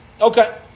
Okay